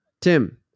Tim